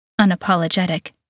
unapologetic